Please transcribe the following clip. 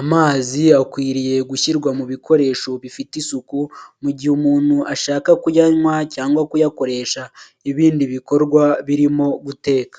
amazi akwiriye gushyirwa mu bikoresho bifite isuku mu gihe umuntu ashaka kuyanywa cyangwa kuyakoresha ibindi bikorwa birimo guteka.